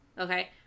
okay